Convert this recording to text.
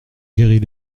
guéris